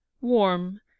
warm